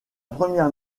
première